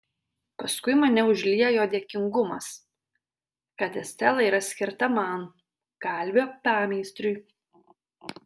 paskui mane užliejo dėkingumas kad estela yra skirta man kalvio pameistriui